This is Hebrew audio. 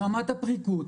ברמת הפריקות,